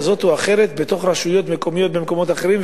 על אידיאולוגיה כזאת או אחרת בתוך רשויות מקומיות במקומות אחרים.